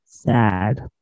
sad